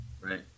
Right